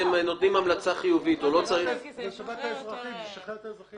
זה משחרר את האזרחים.